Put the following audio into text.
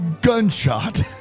Gunshot